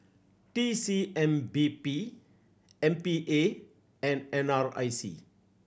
T C M P B M P A and N R I C